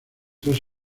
tres